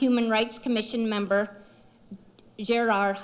human rights commission member share our